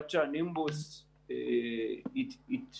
עד שהנימבוס יתממש,